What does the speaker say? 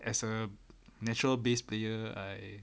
as a natural bass player I